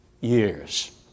years